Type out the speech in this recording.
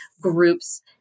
groups